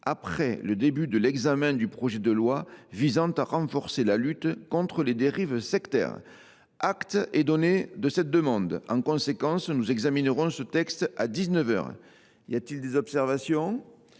après le début de l’examen du projet de loi visant à renforcer la lutte contre les dérives sectaires. Acte est donné de cette demande. En conséquence, nous examinerons ces conclusions à